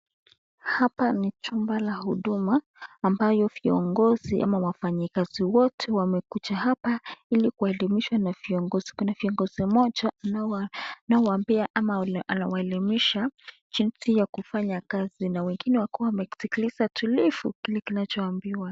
Hapa ni chumba la huduma ambayo viongozi ama wafanyikazi wote wamekuja hapa ili kuelimishwa na viongozi ,kuna viongozi mmoja anaowapea ama anawaelimisha jinsi ya kufanya kazi na wengine wakiwa wamesikiliza tulivu kile kinachoambiwa.